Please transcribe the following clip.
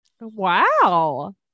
Wow